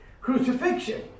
crucifixion